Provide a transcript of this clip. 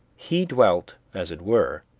he dwelt, as it were,